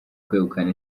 kwegukana